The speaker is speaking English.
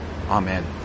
Amen